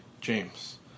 James